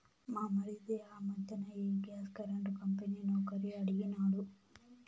మా మరిది ఆ మధ్దెన ఈ గ్యాస్ కరెంటు కంపెనీ నౌకరీ కడిగినాడు